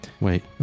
Wait